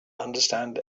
understand